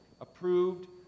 approved